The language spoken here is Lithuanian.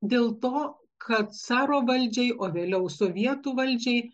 dėl to kad caro valdžiai o vėliau sovietų valdžiai